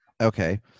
Okay